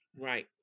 Right